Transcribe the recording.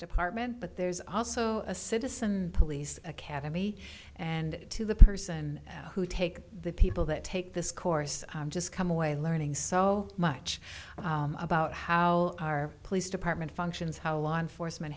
department but there's also a citizen police academy and to the person who take the people that take this course i'm just come away learning so much about how our police department functions how law enforcement